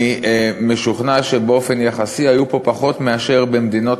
אני משוכנע שבאופן יחסי היו פה פחות מאשר במדינות